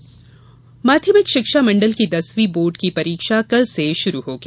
board परीक्षा माध्यमिक शिक्षा मंडल की दसवीं बोर्ड की परीक्षा कल से शुरू होगी